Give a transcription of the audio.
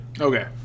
Okay